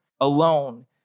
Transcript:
alone